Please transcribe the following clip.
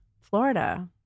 Florida